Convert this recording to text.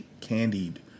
candied